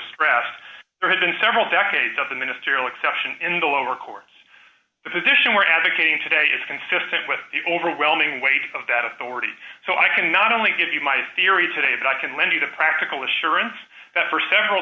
stressed there have been several decades of the ministerial exception in the lower courts the position we're advocating today is consistent with the overwhelming weight of that authority so i can not only give you my theory today but i can lend you the practical assurance that for several